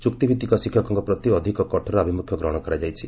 ଚୁକ୍ତିଭିଉିକ ଶିକ୍ଷକଙ୍କ ପ୍ରତି ଅଧିକ କଠୋର ଆଭିମୁଖ୍ୟ ଗ୍ରହଶ କରାଯାଇଛି